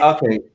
Okay